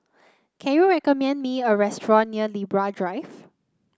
can you recommend me a restaurant near Libra Drive